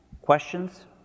Questions